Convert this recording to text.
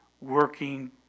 working